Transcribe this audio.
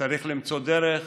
צריך למצוא דרך